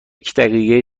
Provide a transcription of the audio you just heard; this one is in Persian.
دقیقه